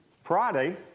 Friday